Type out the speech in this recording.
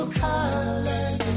colors